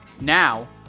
Now